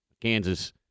Kansas